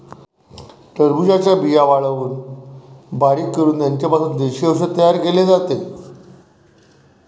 टरबूजाच्या बिया वाळवून बारीक करून त्यांचा पासून देशी औषध तयार केले जाते